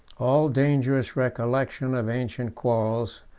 all dangerous recollection of ancient quarrels,